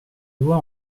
loi